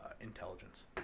intelligence